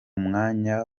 mwanya